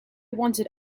wanted